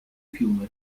fiume